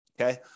Okay